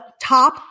top